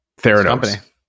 Theranos